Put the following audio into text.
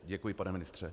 Děkuji, pane ministře.